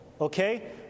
okay